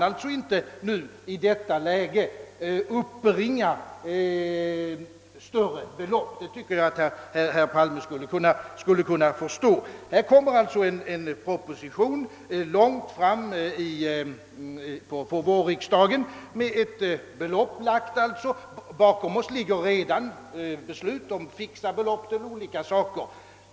Vi kan inte i detta läge uppbringa större belopp. Det tycker jag att herr Palme borde kunna förstå. Det framläggs alltså en proposition långt fram under vårriksdagen, och i denna föreslås ett visst anslag för ett ändamål. Bakom oss ligger redan beslut om fixa belopp till olika saker.